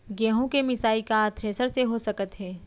गेहूँ के मिसाई का थ्रेसर से हो सकत हे?